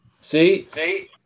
See